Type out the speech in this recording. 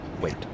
wait